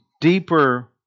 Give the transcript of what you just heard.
deeper